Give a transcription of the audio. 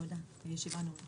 הישיבה ננעלה